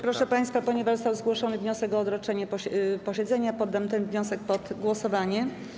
Proszę państwa, ponieważ został zgłoszony wniosek o odroczenie posiedzenia, poddam ten wniosek pod głosowanie.